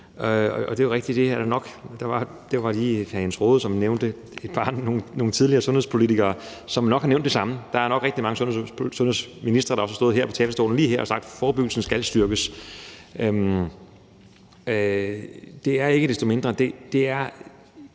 Det var hr. Jens Rohde, som lige nævnte et par tidligere sundhedspolitikere, som nok har nævnt det samme. Der er nok også rigtig mange sundhedsministre, der har stået her på talerstolen, lige her, og sagt, at forebyggelsen skal styrkes. Hvis vi skal lykkes med